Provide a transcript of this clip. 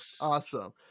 Awesome